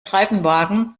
streifenwagen